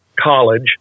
college